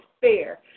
fair